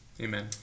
amen